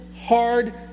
hard